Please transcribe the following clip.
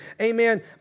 Amen